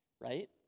right